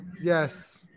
Yes